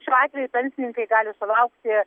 šiuo atveju pensininkai gali sulaukti